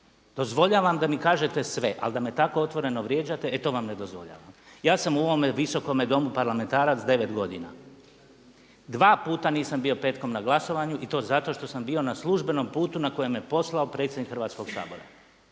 Dozvoljavam da mi kažete sve, ali da me tako otvoreno vrijeđate, e to vam ne dozvoljavam. Ja sam u ovome Visokome domu parlamentarac 9 godina. Dva puta nisam bio petkom na glasovanju i to zato što sam bio na službenom putu na koji me poslao predsjednik Hrvatskog sabora.